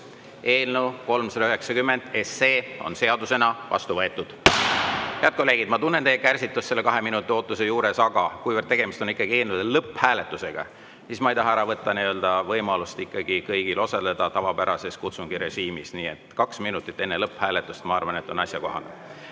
Eelnõu 390 on seadusena vastu võetud. Head kolleegid, ma tunnen teie kärsitust selle kaheminutilise ootuse juures, aga kuivõrd tegemist on ikkagi eelnõude lõpphääletusega, siis ma ei taha ära võtta võimalust kõigil osaleda. Nii et tavapärane kutsungirežiim, kaks minutit enne lõpphääletust, on, ma arvan, asjakohane.